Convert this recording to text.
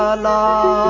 ah la